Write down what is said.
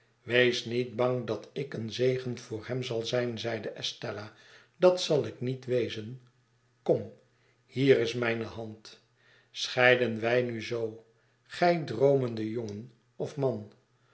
wees niet bang dat ik een zegen voor hem zal zijn zeide estella dat zal ik niet wezen kom hier is mijne hand scheiden wij nuzoo gij droomende jongen of man